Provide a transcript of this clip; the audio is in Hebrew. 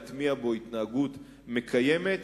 להטמיע בו התנהגות מקיימת,